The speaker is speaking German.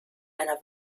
einer